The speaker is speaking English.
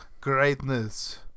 greatness